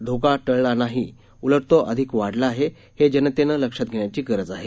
धोका टळला नाही उलट तो अधिक वाढला आहे हे जनतेनं ही लक्षात घेण्याची गरज आहे